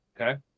Okay